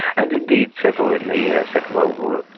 and indeed several in the second world war,